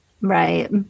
Right